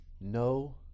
no